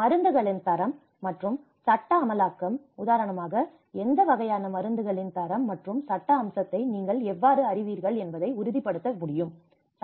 மருந்துகளின் தரம் மற்றும் சட்ட அமலாக்கம் உதாரணமாக எந்த வகையான மருந்துகளின் தரம் மற்றும் சட்ட அம்சத்தை நீங்கள் எவ்வாறு அறிவீர்கள் என்பதை உறுதிப்படுத்த முடியும்